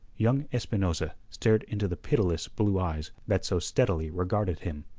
young espinosa stared into the pitiless blue eyes that so steadily regarded him.